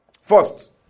First